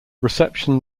reception